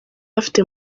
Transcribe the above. afite